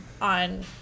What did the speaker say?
on